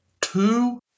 two